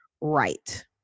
right